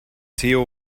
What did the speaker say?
theo